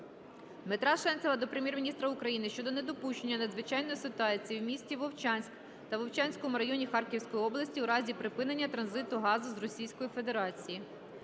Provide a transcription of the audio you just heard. Дмитра Шенцева до Прем'єр-міністра України щодо недопущення надзвичайної ситуації в місті Вовчанськ та Вовчанському районі Харківської області у разі припинення транзиту газу з Російської Федерації.